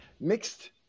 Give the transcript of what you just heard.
mixed